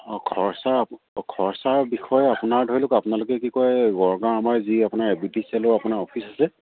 অঁ খৰচা অঁ খৰচাৰ বিষয়ে আপোনাৰ ধৰি লওক আপোনালোকে কি কয় গড়গাঁও আমাৰ যি আপোনাৰ এ বি টি চি এলৰ আপোনাৰ অফিচ আছে